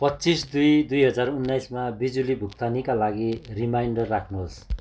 पच्चिस दुई दुई हजार उन्नाइसमा बिजुली भुक्तानीका लागि रिमाइन्डर राख्नुहोस्